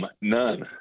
None